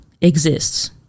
exists